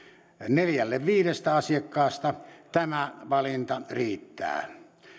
neljälle viidestä asiakkaasta tämä valinta riittää